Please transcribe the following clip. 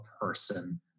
person